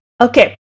Okay